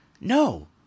No